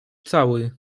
cały